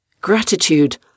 gratitude